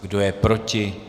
Kdo je proti?